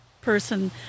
person